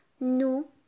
nous